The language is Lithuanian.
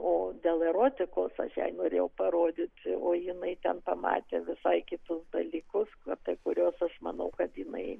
o dėl erotikos aš jai norėjau parodyti o jinai ten pamatė visai kitus dalykus apie kuriuos aš manau kad jinai